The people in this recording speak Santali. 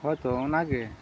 ᱦᱳᱭᱛᱚ ᱚᱱᱟᱜᱮ